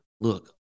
look